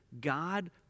God